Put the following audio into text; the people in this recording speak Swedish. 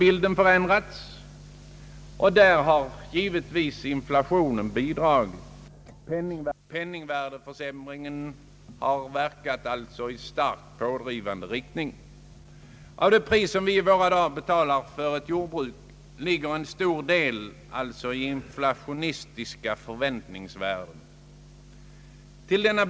Bilden har alltså förändrats, vilket inflationen givetvis bidragit till. Penningvärdeförsämringen har verkat i starkt pådrivande riktning. Av det pris som i våra dagar betalas för ett jordbruk utgörs en stor del av ett inflationistiskt = förväntningsvärde.